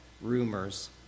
rumors